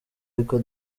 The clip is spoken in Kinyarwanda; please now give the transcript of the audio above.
y’uko